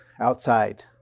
outside